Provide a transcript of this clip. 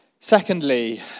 Secondly